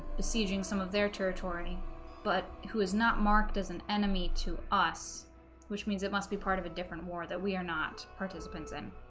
seating some of their territory but who is not marked and enemy to us which means it must be part of a different war that we are not participants in